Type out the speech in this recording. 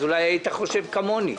אז אולי היית חושב כמוני.